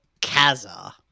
Kaza